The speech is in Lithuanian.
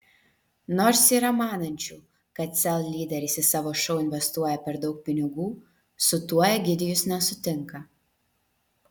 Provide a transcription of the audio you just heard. nors yra manančių kad sel lyderis į savo šou investuoja per daug pinigų su tuo egidijus nesutinka